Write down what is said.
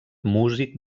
músic